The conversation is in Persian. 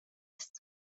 است